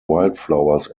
wildflowers